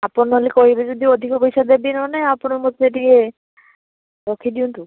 ଆପଣ ନହେଲେ କହିବେ ଯଦି ଅଧିକ ପଇସା ଦେବି ନହେଲେ ଆପଣ ମୋତେ ଟିକିଏ ରଖିଦିଅନ୍ତୁ